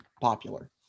popular